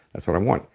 that's what i want.